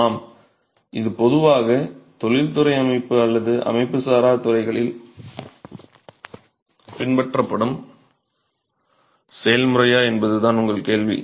ஆம் இது பொதுவாக தொழில்துறை அமைப்பில் அல்லது அமைப்புசாரா துறைகளில் பின்பற்றப்படும் செயல்முறையா என்பதுதான் உங்கள் கேள்வி